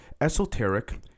esoteric